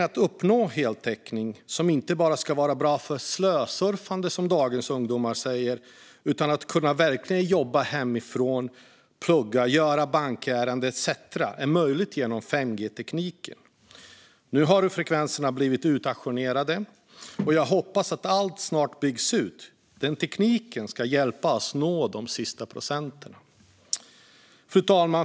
Att uppnå heltäckning som inte bara är bra för slösurfande, som dagens ungdomar säger, utan möjliggör att verkligen jobba hemifrån, plugga, göra bankärenden etcetera är möjligt genom 5G-tekniken. Nu har frekvenserna blivit utauktionerade, och jag hoppas att allt snart byggs ut. Denna teknik ska hjälpa oss att nå de sista procenten. Fru talman!